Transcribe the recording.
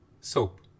soap